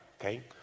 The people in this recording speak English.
okay